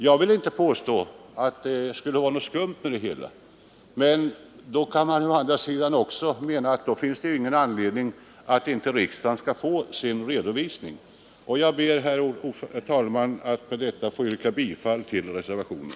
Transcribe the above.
Jag vill inte påstå att det skulle vara något skumt med detta, men då finns det ju heller ingen anledning att riksdagen inte skall få sin redovisning. Herr talman! Jag ber med detta att få yrka bifall till reservationen.